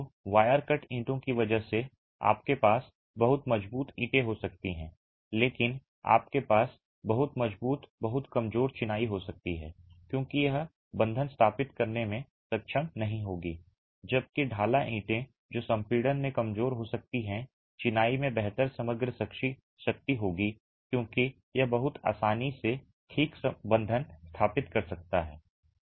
तो wire cut ईंटों की वजह से आपके पास बहुत मजबूत ईंटें हो सकती हैं लेकिन आपके पास बहुत मजबूत बहुत कमजोर चिनाई हो सकती है क्योंकि यह बंधन स्थापित करने में सक्षम नहीं होगी जबकि ढाला ईंटें जो संपीड़न में कमजोर हो सकती हैं चिनाई में बेहतर समग्र शक्ति होगी क्योंकि यह बहुत आसानी से ठीक बंधन स्थापित कर सकता है